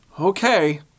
okay